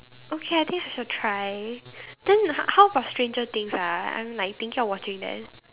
okay I think I shall try then how about stranger things ah I'm like thinking of watching that